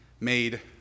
made